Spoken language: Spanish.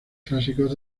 clásicos